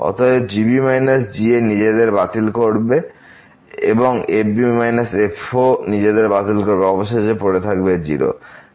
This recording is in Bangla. অতএব এই g b g নিজেদের বাতিল করবে এবং f b f ও নিজেদের বাতিল করে অবশেষে পড়ে থাকবে 0